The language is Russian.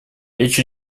речь